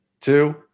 two